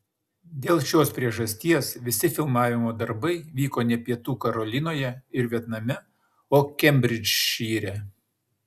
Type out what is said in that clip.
dėl šios priežasties visi filmavimo darbai vyko ne pietų karolinoje ir vietname o kembridžšyre